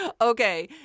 okay